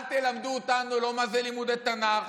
אל תלמדו אותנו לא מה זה לימודי תנ"ך,